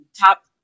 top